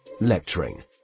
Lecturing